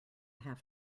have